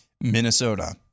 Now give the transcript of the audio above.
Minnesota